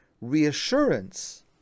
reassurance